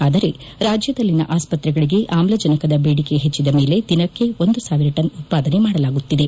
ಆದರೆ ರಾಜ್ಯದಲ್ಲಿನ ಆಸ್ಪತ್ರೆಗಳಿಗೆ ಆಮ್ಲಜನಕದ ಬೇಡಿಕೆ ಹೆಚ್ಚಿದ ಮೇಲೆ ದಿನಕ್ಕೆ ಒಂದು ಸಾವಿರ ಟನ್ ಉತ್ಪಾದನೆ ಮಾಡಲಾಗುತ್ತಿದೆ